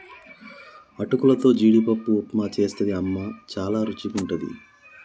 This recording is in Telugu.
అటుకులతో జీడిపప్పు ఉప్మా చేస్తది అమ్మ చాల రుచిగుంటది